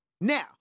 Now